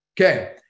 Okay